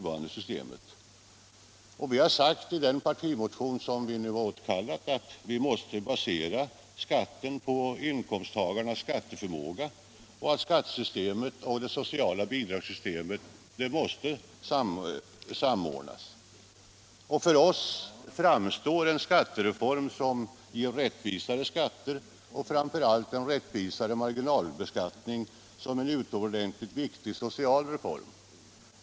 Vi har sagt i den partimotion som vi nu har återkallat att man måste basera skatterna på inkomsttagarnas skatteförmåga och att skattesystemet och systemet för sociala bidrag måste samordnas. För oss framstår en skattereform som ger rättvisare skatter, och framför allt en rättvisare marginalbeskattning, som en utomordentligt viktig social reform.